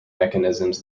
mechanisms